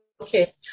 okay